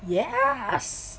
yes